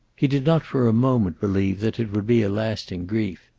he did not for a moment believe that it would be a lasting grief.